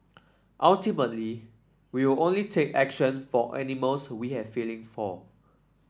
ultimately we will only take action for animals we have feeling for